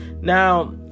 Now